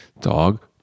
Dog